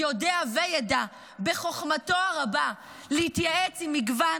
יודע וידע בחוכמתו הרבה להתייעץ עם מגוון